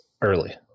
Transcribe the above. early